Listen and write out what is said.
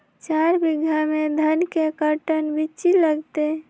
चार बीघा में धन के कर्टन बिच्ची लगतै?